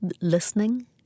listening